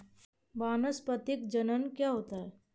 वानस्पतिक जनन क्या होता है?